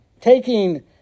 taking